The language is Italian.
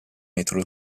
metodo